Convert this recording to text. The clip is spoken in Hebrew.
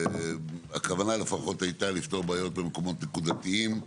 הכוונה לפחות הייתה לפתור בעיות במקומות נקודתיים,